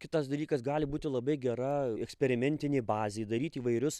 kitas dalykas gali būti labai gera eksperimentinė bazė daryt įvairius